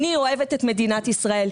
אני אוהבת את מדינת ישראל.